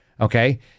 okay